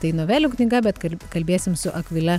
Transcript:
tai novelių knyga bet kalbėsim su akvile